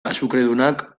azukredunak